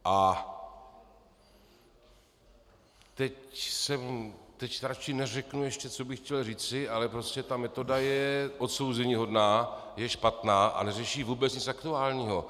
A teď jsem, teď radši neřeknu ještě, co bych chtěl říci, ale prostě ta metoda je odsouzeníhodná, je špatná a neřeší vůbec nic aktuálního.